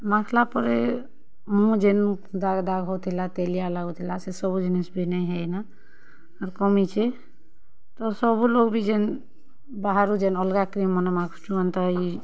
ମାଖ୍ଲା ପରେ ମୁଁ ଯେନ୍ ଦାଗ୍ ଦାଗ୍ ହଉଥିଲା ତେଲିଆ ଲାଗୁଥିଲା ସେ ସବୁ ଜିନିଷ୍ ବି ନେଇଁ ହେଇନା ଆର୍ କମିଛେ ତ ସବୁ ଲୋକ୍ ବି ଯେନ୍ ବାହାରୁ ଯେନ୍ ଅଲ୍ଗା କ୍ରିମ୍ ମାନେ ମାଖସୁଁ ଯେନ୍ତା ଇ